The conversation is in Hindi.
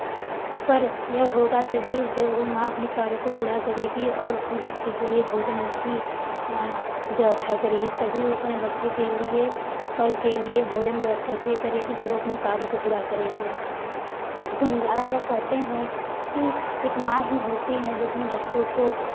पर यह होगा तभी जब वह माँ अपनी कार्य को पूरा करेगी और अपने बच्चे के लिए भोजन की व्यवस्था करेगी तभी वह अपने बच्चे के लिए कल के लिए भोजन व्यवस्था इसलिए करेगी जब वह अपने कार्य को पूरा करेगी तो निराला यह कहते हैं कि एक माँ ही होती है जो अपने बच्चों को